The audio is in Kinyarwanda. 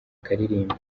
akaririmbo